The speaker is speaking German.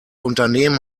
unternehmen